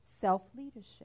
self-leadership